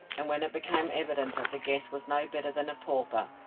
and when it became evident that the guest was no better than a pauper,